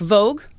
Vogue